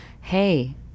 hey